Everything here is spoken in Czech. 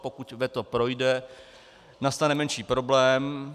Pokud veto projde, nastane menší problém.